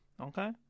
Okay